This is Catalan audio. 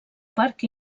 parc